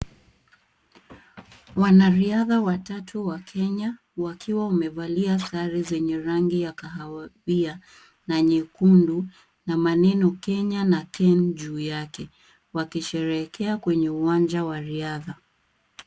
Wanariadha watatu wa Kenya wakiwa wamevalia sare zenye rangi ya kahawia na nyekundu na maneno Kenya na Ken juu yake, wakisherehekea kwenye uwanja wa riadha.